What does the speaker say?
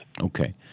Okay